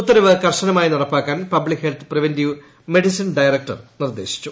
ഉത്തരവ് കർശനമായി നടപ്പാക്കാൻ public health preventive medicine director നിർദ്ദേശിച്ചു